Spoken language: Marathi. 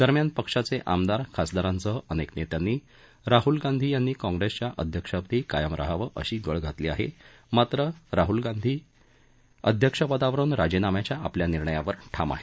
दरम्यान पक्षाचे आमदार खासदारांसह अनेक नेत्यांनी राहूल गांधी यांनी काँप्रेसच्या अध्यक्षपदी कायम रहावं अशी गळ घातली आहे मात्र राहूल गांधी अध्यक्षपदावरुन राजीनाम्यांच्या आपल्या निर्णयावर ठाम आहेत